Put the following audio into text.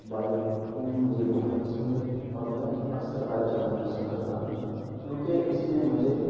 biking مجھے بہت پسند ہے اور میں اکثر بائک چلانا پسند کرتا ہوں کیونکہ اس میں مجھے